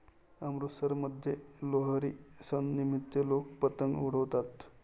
अमृतसरमध्ये लोहरी सणानिमित्त लोक पतंग उडवतात